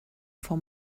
for